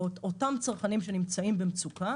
אותם צרכנים שנמצאים במצוקה